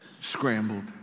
scrambled